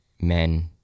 Men